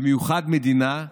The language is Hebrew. במיוחד מדינה,